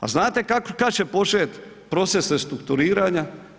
A znate kada će početi proces restrukturiranja?